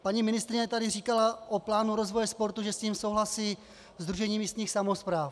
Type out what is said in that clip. Paní ministryni tady říkala o plánu rozvoje, že s tím souhlasí Sdružení místních samospráv.